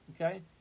okay